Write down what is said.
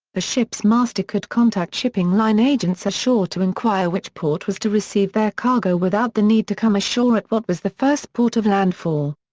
a ship's master could contact shipping line agents ashore to enquire which port was to receive their cargo without the need to come ashore at what was the first port of landfall.